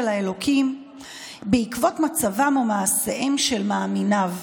האלוקים בעקבות מצבם או מעשיהם של מאמיניו.